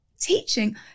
teaching